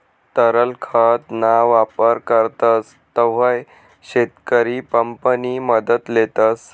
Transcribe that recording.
तरल खत ना वापर करतस तव्हय शेतकरी पंप नि मदत लेतस